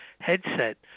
headset